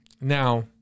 Now